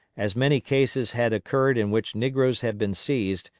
as many cases had occurred in which negroes had been seized,